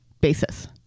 basis